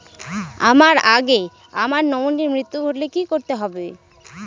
আমার আগে আমার নমিনীর মৃত্যু ঘটলে কি করতে হবে?